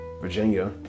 Virginia